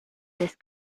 this